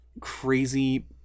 crazy